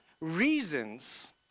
reasons